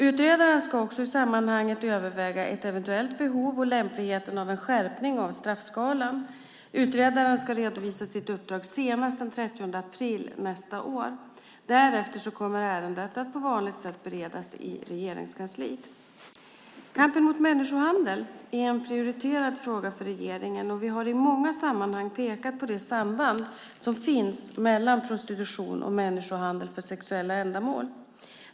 Utredaren ska också i sammanhanget överväga ett eventuellt behov och lämpligheten av en skärpning av straffskalan. Utredaren ska redovisa sitt uppdrag senast den 30 april nästa år. Därefter kommer ärendet att på vanligt sätt beredas i Regeringskansliet. Kampen mot människohandel är en prioriterad fråga för regeringen, och vi har i många sammanhang pekat på det samband som finns mellan prostitution och människohandel för sexuella ändamål.